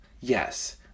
Yes